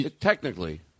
Technically